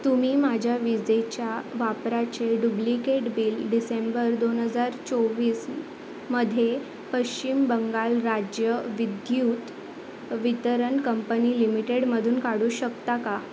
तुम्ही माझ्या विजेच्या वापराचे डुब्लिकेट बिल डिसेंबर दोन हजार चोवीसमध्ये पश्चिम बंगाल राज्य विद्युत वितरण कंपनी लिमिटेडमधून काढू शकता का